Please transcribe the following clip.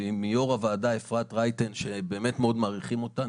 ומיו"ר הוועדה אפרת רייטן שבאמת מאוד מעריכים אותה.